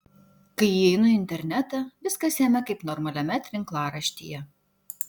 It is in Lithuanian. kai įeinu į internetą viskas jame kaip normaliame tinklaraštyje